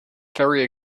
very